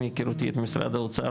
עדכן אותי משרד האוצר,